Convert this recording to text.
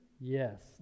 Yes